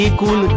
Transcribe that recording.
cool